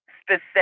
specific